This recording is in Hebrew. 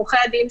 עורכי הדין,